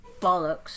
bollocks